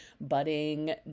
budding